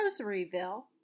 Rosaryville